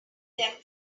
them